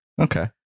Okay